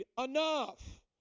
enough